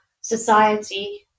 society